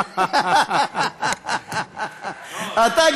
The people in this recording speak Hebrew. אתה,